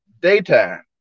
daytime